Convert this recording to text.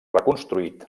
reconstruït